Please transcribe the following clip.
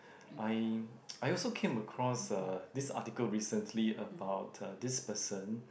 I I also came across uh this article recently about uh this person